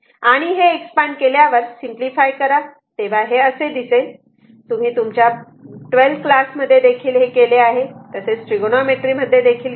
आणि हे एक्सपांड केल्यावर सिम्पली फाय करा तेव्हा हे असे दिसेल तुम्ही तुमच्या 12 क्लास मध्ये देखील केले आहे तसेच त्रिगोनोमेत्री मध्ये देखील केले आहे